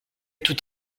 tout